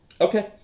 Okay